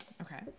Okay